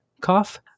cough